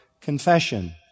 confession